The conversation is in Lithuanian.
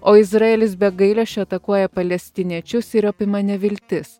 o izraelis be gailesčio atakuoja palestiniečius ir apima neviltis